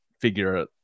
figure